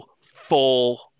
full